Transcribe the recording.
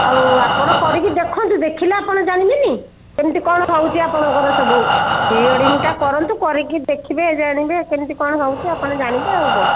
ଆଉ ଆପଣ କରିକି ଦେଖନ୍ତୁ ଦେଖିଲେ ଆପଣ ଜାଣିବେନି କେମିତି କ'ଣ ହେଉଛି ଆପଣଙ୍କର ସବୁ ପ୍ରିୱେଡ଼ିଙ୍ଗଟା କରନ୍ତୁ କରିକି ଦେଖିବେ ଜାଣିବେ କେମିତି କ'ଣ ହେଉଛି ଆପଣ ଜାଣିବେ ଆଉ କ'ଣ